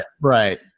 Right